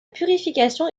purification